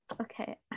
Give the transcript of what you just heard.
Okay